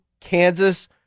Kansas